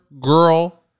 girl